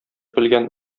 белгән